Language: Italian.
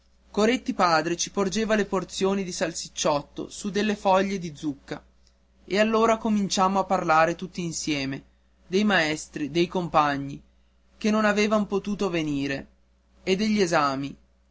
coretti padre ci porgeva le porzioni di salsicciotto su delle foglie di zucca e allora cominciammo a parlare tutti insieme dei maestri dei compagni che non avevan potuto venire e degli esami